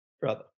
brother